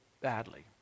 badly